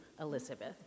Elizabeth